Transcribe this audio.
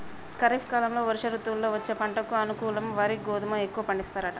ఖరీఫ్ కాలం వర్ష ఋతువుల్లో వచ్చే పంటకు అనుకూలం వరి గోధుమ ఎక్కువ పండిస్తారట